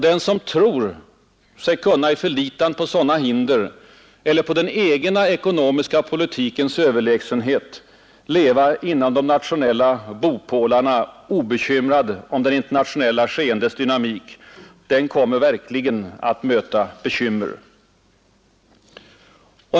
Den som tror sig kunna i 55 förlitan på sådana hinder eller på den egna ekonomiska politikens överlägsenhet leva inom de nationella bopålarna obekymrad om det internationella skeendets dynamik, den kommer verkligen att möta bekymmer.